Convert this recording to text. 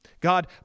God